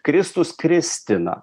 kristus kristina